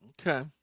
Okay